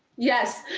yes,